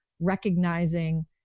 recognizing